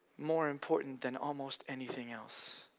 more important than almost anything else.